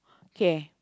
kay